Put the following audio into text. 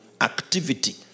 activity